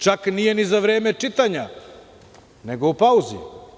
Čak nije ni za vreme čitanja, nego u pauzi.